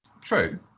true